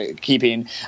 keeping